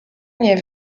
nie